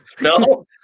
No